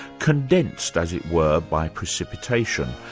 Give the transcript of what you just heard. condensed as it were by precipitation,